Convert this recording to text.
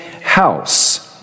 house